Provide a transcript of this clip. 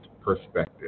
perspective